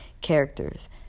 characters